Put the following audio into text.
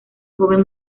joven